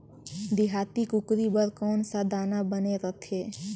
देहाती कुकरी बर कौन सा दाना बने रथे?